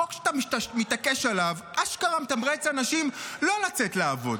החוק שאתה מתעקש עליו אשכרה מתמרץ אנשים לא לצאת לעבוד.